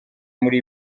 muri